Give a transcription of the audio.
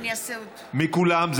כולם.